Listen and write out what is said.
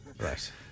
Right